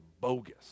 bogus